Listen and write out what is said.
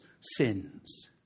sins